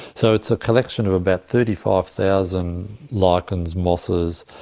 so it's a collection of about thirty five thousand lichens, mosses.